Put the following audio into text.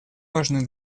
важны